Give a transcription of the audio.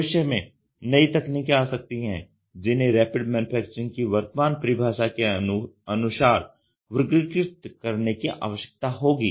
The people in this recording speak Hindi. भविष्य में नई तकनीकें आ सकती हैं जिन्हें रैपिड मैन्युफैक्चरिंग की वर्तमान परिभाषा के अनुसार वर्गीकृत करने की आवश्यकता होगी